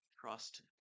Trust